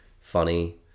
funny